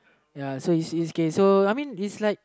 ya so it's it's okay I mean it's like